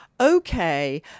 okay